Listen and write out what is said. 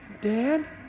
Dad